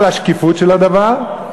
על השקיפות של הדבר,